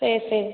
சரி சரி